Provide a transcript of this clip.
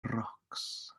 rocks